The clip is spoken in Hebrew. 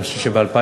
אני חושב שב-2012,